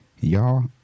y'all